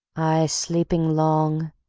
aye, sleeping long.